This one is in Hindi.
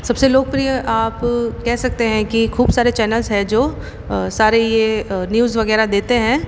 सबसे लोकप्रिय आप कह सकते हैं कि खूब सारे चैनल्स हैं जो सारे ये न्यूज़ वगैरह देते हैं